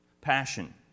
Passion